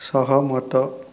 ସହମତ